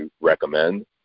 recommend